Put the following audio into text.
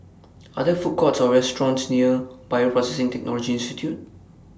Are There Food Courts Or restaurants near Bioprocessing Technology Institute